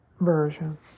version